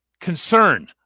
concern